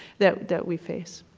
that that we face.